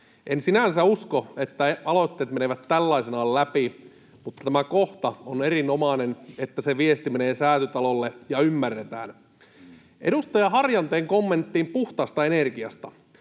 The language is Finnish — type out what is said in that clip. En sinänsä usko, että aloitteet menevät tällaisenaan läpi, mutta tämä kohta on erinomainen, että se viesti menee Säätytalolle ja ymmärretään. Edustaja Harjanteen kommenttiin puhtaasta energiasta.